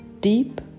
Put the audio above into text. Deep